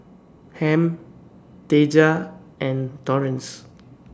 Ham Taja and Torrence